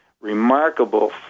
remarkable